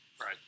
Right